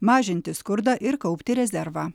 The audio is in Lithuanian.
mažinti skurdą ir kaupti rezervą